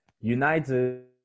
United